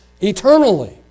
eternally